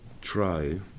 try